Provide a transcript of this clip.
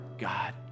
God